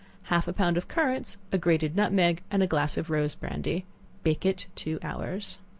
half a pound of currants, a grated nutmeg, and a glass of rose brandy bake it two hours.